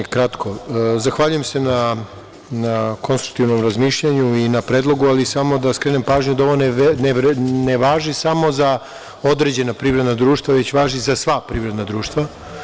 Zahvaljujem se na konstruktivnom razmišljanju i na predlogu ali samo da skrenem pažnju da ovo ne važi samo za određena privredna društva već važi za sva privredna društva.